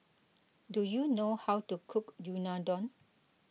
do you know how to cook Unadon